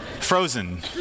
frozen